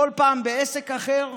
כל פעם בעסק אחר,